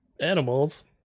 animals